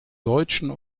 deutschen